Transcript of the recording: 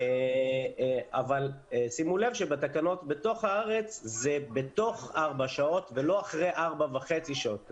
אבל שימו לב שבתקנות בתוך הארץ זה בתוך ארבע שעות ולא אחרי 4.5 שעות.